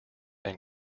and